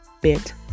bit